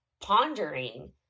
pondering